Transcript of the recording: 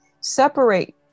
separate